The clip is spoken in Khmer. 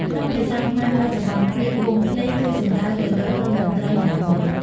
ក្នុងភាសាខ្មែរបច្ចុប្បន្ន ពាក្យ "វង់ភ្លេង" គឺសំដៅទៅលើក្រុមតន្ត្រីណាមួយ។